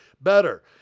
better